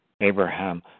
Abraham